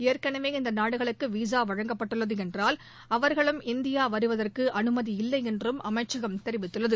ஏற்கனவே இந்த நாடுகளுக்கு விசா வழங்கப்பட்டுள்ளது என்றால் அவர்களும் இந்தியா வருவதற்கு அனுமதி இல்லை என்றும் அமைச்சகம் தெரிவித்துள்ளது